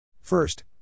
First